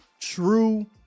true